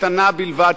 קטנה בלבד,